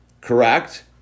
correct